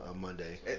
Monday